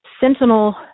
sentinel